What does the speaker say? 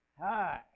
Hi